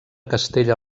castella